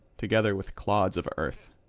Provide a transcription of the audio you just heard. together with clods of earth.